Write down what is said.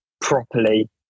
properly